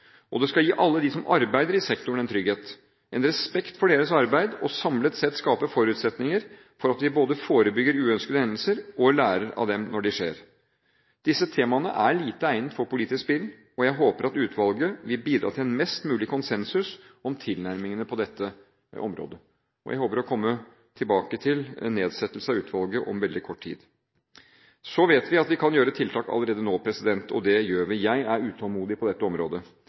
og det skal gi alle som arbeider i sektoren, en trygghet og en respekt for deres arbeid. Samlet sett skal dette skape forutsetninger for at vi både forebygger uønskede hendelser og lærer av dem når de skjer. Disse temaene er lite egnet for politisk spill, og jeg håper at utvalget vil bidra til mest mulig konsensus om tilnærmingene til dette området. Jeg håper å komme tilbake til nedsettelse av utvalget om veldig kort tid. Vi vet at vi kan gjøre tiltak allerede nå, og det gjør vi. Jeg er utålmodig på dette området.